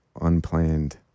unplanned